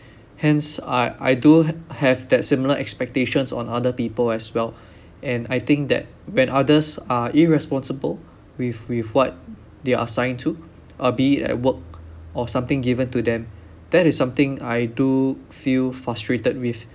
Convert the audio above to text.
hence I I do ha~ have that similar expectations on other people as well and I think that when others are irresponsible with with what they are assigned to uh be it at work or something given to them that is something I do feel frustrated with